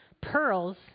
Pearls